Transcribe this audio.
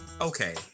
okay